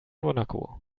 monaco